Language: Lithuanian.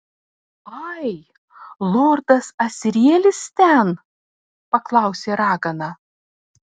ai lordas asrielis ten paklausė ragana